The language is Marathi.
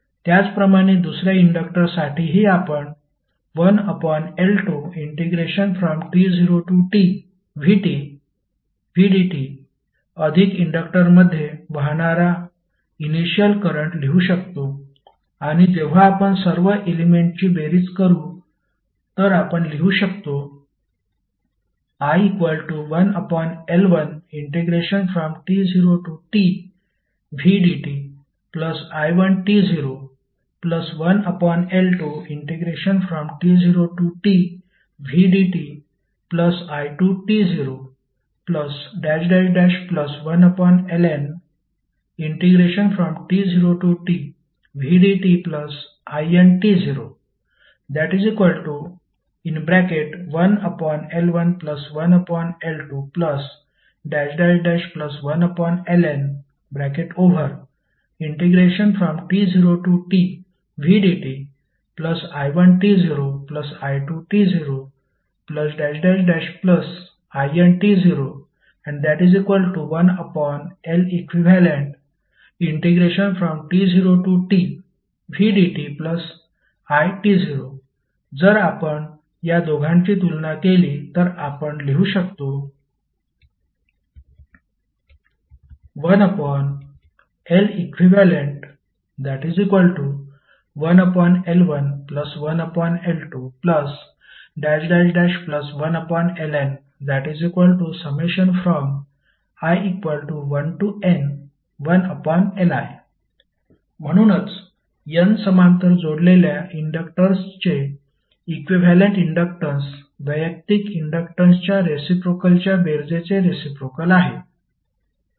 त्याचप्रमाणे दुसऱ्या इंडक्टरसाठीही आपण 1L2t0tvdt अधिक इंडक्टरमध्ये वाहणारा इनिशिअल करंट लिहू शकतो आणि जेव्हा आपण सर्व एलेमेंटची बेरीज करू तर आपण लिहू शकतो i1L1t0tvdti11L2t0tvdti21Lnt0tvdtin 1l11L21Lnt0tvdti1t0i2t0int01Leqt0tvdti जर आपण या दोघांची तुलना केली तर आपण लिहू शकतो 1Leq1L11L21Lni1n1Li म्हणूनच N समांतर जोडलेल्या इंडक्टर्सचे इक्विव्हॅलेंट इन्डक्टन्स वैयक्तिक इन्डक्टन्सच्या रेसिप्रोकेलच्या बेरीजचे रेसिप्रोकेल आहे